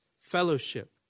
fellowship